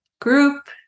group